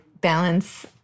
balance